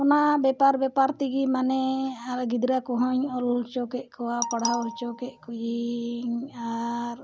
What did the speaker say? ᱚᱱᱟ ᱵᱮᱯᱟᱨ ᱵᱮᱯᱟᱨ ᱛᱮᱜᱮ ᱢᱟᱱᱮ ᱟᱨ ᱜᱤᱫᱽᱨᱟᱹ ᱠᱚᱦᱚᱧ ᱚᱞ ᱦᱚᱪᱚ ᱠᱮᱫ ᱠᱚᱣᱟ ᱯᱟᱲᱦᱟᱣ ᱦᱚᱪᱚ ᱠᱮᱫ ᱠᱚᱣᱟᱹᱧ ᱟᱨ